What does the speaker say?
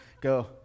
go